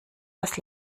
was